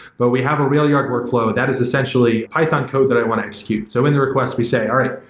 but we have a railyard workflow. that is essentially python code that i want to execute. so in the request we say, all right,